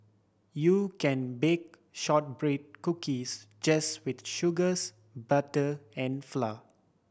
you can bake shortbread cookies just with sugars butter and flour